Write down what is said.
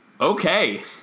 okay